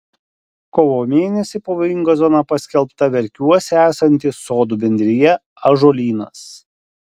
kovo mėnesį pavojinga zona paskelbta verkiuose esanti sodų bendrija ąžuolynas